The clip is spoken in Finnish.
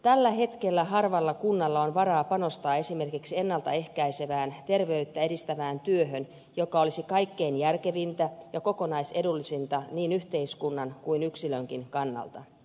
tällä hetkellä harvalla kunnalla on varaa panostaa esimerkiksi ennalta ehkäisevään terveyttä edistävään työhön joka olisi kaikkein järkevintä ja kokonaisedullisinta niin yhteiskunnan kuin yksilönkin kannalta